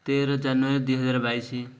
ତେର ଜାନୁଆରୀ ଦୁଇହଜାର ବାଇଶି